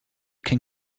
can